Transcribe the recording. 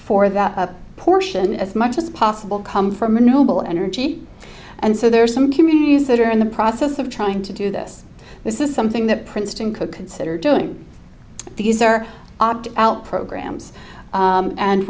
for that portion as much as possible come from a noble energy and so there are some communities that are in the process of trying to do this this is something that princeton could consider doing these are opt out programs